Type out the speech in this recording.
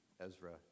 Ezra